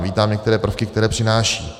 Vítám některé prvky, které přináší.